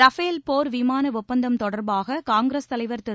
Rafale போர் விமான ஒப்பந்தம் தொடர்பாக காங்கிரஸ் தலைவர் திரு